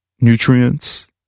nutrients